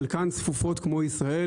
חלקן צפופות כמו ישראל,